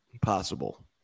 possible